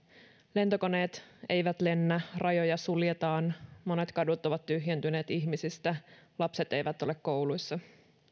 lentokoneet eivät lennä rajoja suljetaan monet kadut ovat tyhjentyneet ihmisistä lapset eivät ole kouluissa